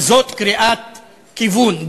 וזאת קריאת כיוון,